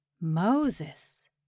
Moses